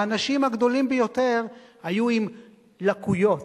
האנשים הגדולים ביותר היו עם לקויות,